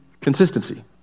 consistency